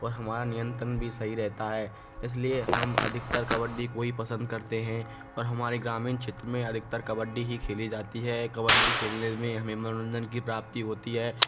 और हमारा नियंत्रण भी सही रहता है इसलिए हम अधिकतर कबड्डी को ही पसंद करते हैं और हमारे ग्रामीण क्षेत्र में अधिकतर कबड्डी ही खेली जाती है कबड्डी खेलने में हमें मनोरंजन की प्राप्ति होती है